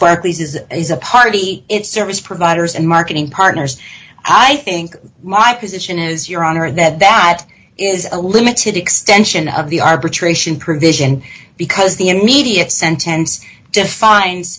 barclays is is a party its service providers and marketing partners i think my position is your honor that that is a limited extension of the arbitration provision because the immediate sentence defines